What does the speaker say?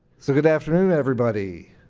so good afternoon everybody.